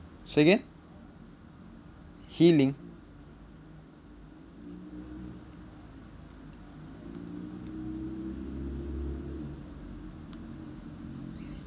say again healing